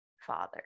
father